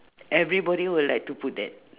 everybody will like to put that